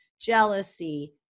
jealousy